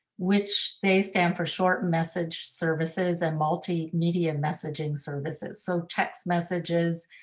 which they stand for short message services and multimedia messaging services. so text messages,